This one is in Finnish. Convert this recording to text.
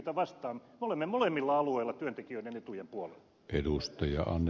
me olemme molemmilla alueilla työntekijöiden etujen puolella